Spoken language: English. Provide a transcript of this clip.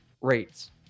rates